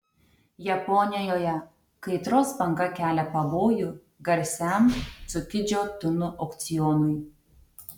japonijoje kaitros banga kelia pavojų garsiam cukidžio tunų aukcionui